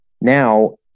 Now